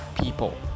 people